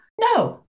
No